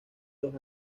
los